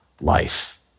life